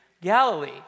Galilee